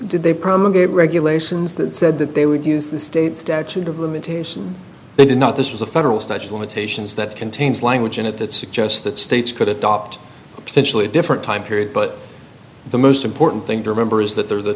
did they promulgated regulations that said that they would use the state statute of limitations they did not this was a federal statute limitations that contains language in it that suggests that states could adopt a potentially different time period but the most important thing to remember is that there are the